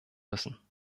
müssen